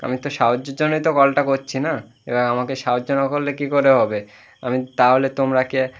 আমি তো সাহায্যর জন্যই তো কলটা করছি না এবার আমাকে সাহায্য না করলে কি করে হবে আমি তাহলে তোমরা কে